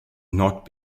not